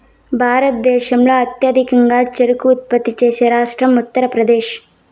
భారతదేశంలో అత్యధికంగా చెరకు ఉత్పత్తి చేసే రాష్ట్రం ఉత్తరప్రదేశ్